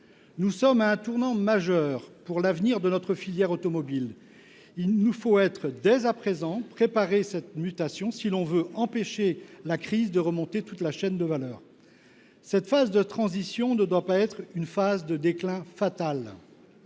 Nous sommes à un tournant majeur de l’avenir de notre filière automobile. Il nous faut dès à présent préparer cette mutation si nous voulons empêcher la crise de remonter toute la chaîne de valeur. Cette phase de transition ne doit pas être une phase de déclin fatal.